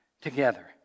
together